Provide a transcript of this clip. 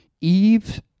Eve